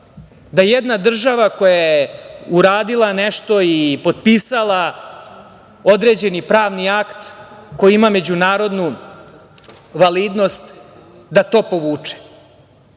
da jedna država koje je uradila nešto i potpisala određeni pravni akt koji ima međunarodnu validnost to povuče? To